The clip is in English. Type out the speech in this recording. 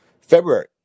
february